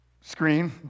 screen